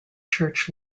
church